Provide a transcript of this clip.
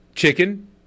Chicken